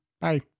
bye